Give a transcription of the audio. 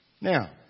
Now